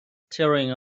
tearing